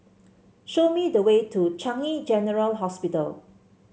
show me the way to Changi General Hospital